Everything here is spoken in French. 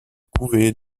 couvée